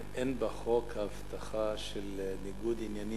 חבר הכנסת חנין, אין בחוק הבטחה של ניגוד עניינים